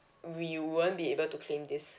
we won't be able to claim this